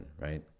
right